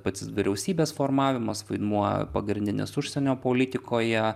pats vyriausybės formavimas vaidmuo pagrindinis užsienio politikoje